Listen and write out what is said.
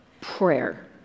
prayer